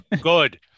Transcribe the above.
Good